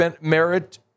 merit